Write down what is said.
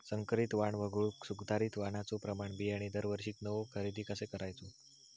संकरित वाण वगळुक सुधारित वाणाचो प्रमाण बियाणे दरवर्षीक नवो खरेदी कसा करायचो?